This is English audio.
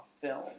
film